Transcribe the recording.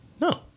No